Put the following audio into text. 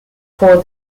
for